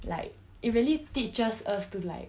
like it really teaches us to like